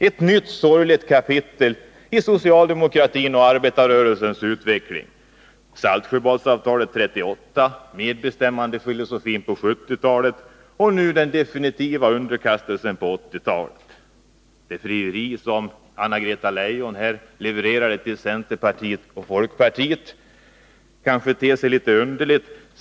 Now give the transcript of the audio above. Ett nytt sorgligt kapitel har påbörjats i socialdemokratins och arbetarrörelsens historia — Saltsjöbadsavtalet 1938, medbestämmandefilosofin på 1970-talet och nu på 1980-talet den definitiva underkastelsen. Anna-Greta Leijons frieri här till centerpartiet och folkpartiet ter sig kanske litet underligt.